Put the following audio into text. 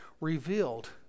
revealed